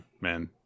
man